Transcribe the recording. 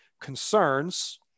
concerns